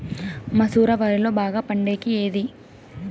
మసూర వరిలో బాగా పండేకి ఏది?